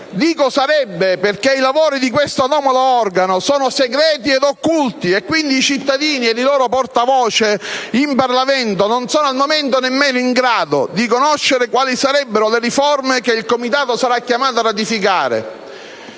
Dico "sarebbe" perché i lavori di questo anomalo organo sono segreti ed occulti e quindi i cittadini e i loro portavoce in Parlamento non sono al momento nemmeno in grado di conoscere quali riforme il Comitato sarà chiamato a ratificare.